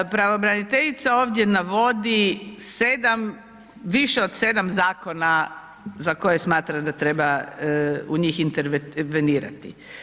Pravobraniteljica ovdje navodi 7, više od 7 zakona za koje smatra da treba u njih intervenirati.